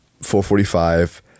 4:45